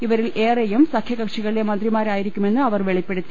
ഇവരിൽ ഏറെയും സഖ്യക്ക്ഷികളിലെ മന്ത്രിമാരായിരിക്കുമെന്ന് അവർ വെളിപ്പെടുത്തി